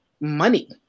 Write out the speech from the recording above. money